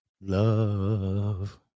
Love